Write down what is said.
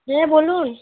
হ্যাঁ বলুন